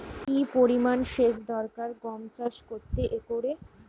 কি পরিমান সেচ দরকার গম চাষ করতে একরে?